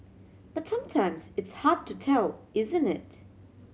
but sometimes it's hard to tell isn't it